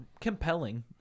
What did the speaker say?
compelling